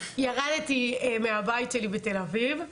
ירדתי מהבית שלי בתל-אביב,